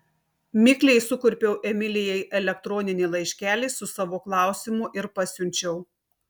mikliai sukurpiau emilijai elektroninį laiškelį su savo klausimu ir pasiunčiau